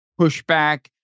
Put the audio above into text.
pushback